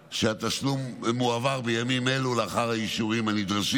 שהתשלום מועבר בימים אלו לאחר האישורים הנדרשים.